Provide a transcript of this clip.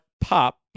pop